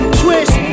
twist